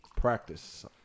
practice